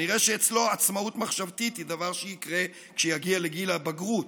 נראה שאצלו עצמאות מחשבתית היא דבר שיקרה כשיגיע לגיל הבגרות.